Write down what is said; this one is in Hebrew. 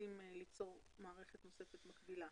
ורוצים ליצור מערכת נוספת מקבילה.